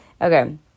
Okay